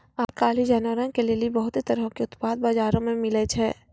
आइ काल्हि जानवरो के लेली बहुते तरहो के उत्पाद बजारो मे मिलै छै